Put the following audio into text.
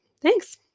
Thanks